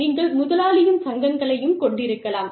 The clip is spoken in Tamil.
நீங்கள் முதலாளியின் சங்கங்களையும் கொண்டிருக்கலாம்